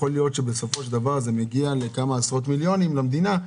יכול להיות שבסופו של דבר זה מגיע לכמה עשרות מיליונים למדינה,